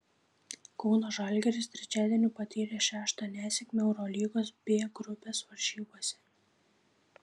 kauno žalgiris trečiadienį patyrė šeštą nesėkmę eurolygos b grupės varžybose